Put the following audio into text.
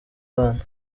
bana